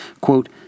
quote